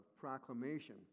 proclamation